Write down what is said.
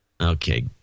Okay